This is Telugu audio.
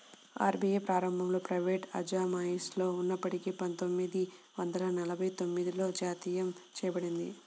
ఆర్.బీ.ఐ ప్రారంభంలో ప్రైవేటు అజమాయిషిలో ఉన్నప్పటికీ పందొమ్మిది వందల నలభై తొమ్మిదిలో జాతీయం చేయబడింది